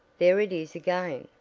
there it is again,